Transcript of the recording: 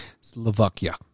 Slovakia